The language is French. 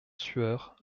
sueur